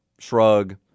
shrug